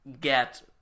get